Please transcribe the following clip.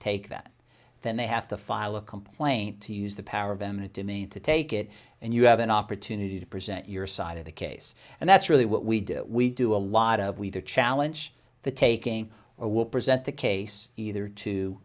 take that then they have to file a complaint to use the power of eminent domain to take it and you have an opportunity to present your side of the case and that's really what we do we do a lot of we to challenge the taking or will present the case either to